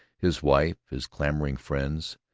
his wife, his clamoring friends,